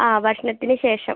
ആ ഭക്ഷണത്തിനു ശേഷം